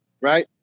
right